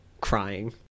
crying